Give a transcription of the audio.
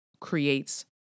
creates